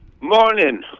Morning